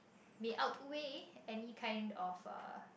may outweigh any kind of uh